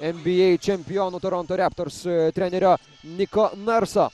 nba čempionų toronto raptors trenerio niko narso